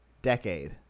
Decade